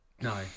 No